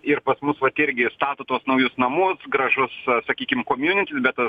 ir pas mus vat irgi stato tuos naujus namus gražus sakykim komjunitis bet tas